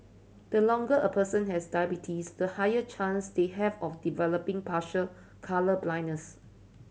the longer a person has diabetes the higher chance they have of developing partial colour blindness